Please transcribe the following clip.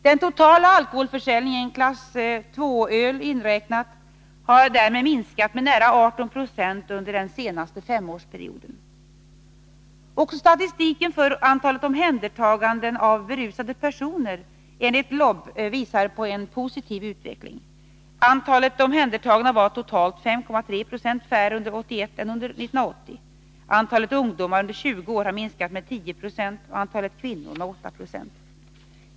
Den totala alkoholförsäljningen, klass IT-öl inräknat, har därmed minskat med nära 18 96 under den senaste femårsperioden. Också statistiken för antalet omhändertaganden av berusade personer enligt LOB visar på en positiv utveckling. Antalet omhändertagna var totalt 5,3 20 färre under 1981 än under 1980. Antalet omhändertagna ungdomar under 20 år har minskat med 10 92 och antalet omhändertagna kvinnor med 8.